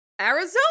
Arizona